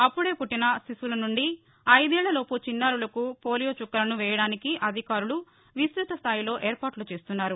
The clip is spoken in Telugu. అప్పుదే పుట్టిన శిశువుల నుండి ఐదేళ్లలోపు చిన్నారులకు పోలియో చుక్కలను వేయడానికి అధికారులు విస్తృత స్థాయిలో ఏర్పాట్ల చేస్తున్నారు